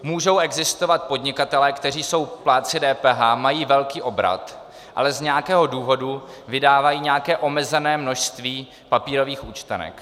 Můžou existovat podnikatelé, kteří jsou plátci DPH, mají velký obrat, ale z nějakého důvodu vydávají nějaké omezené množství papírových účtenek.